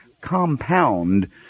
compound